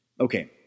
Okay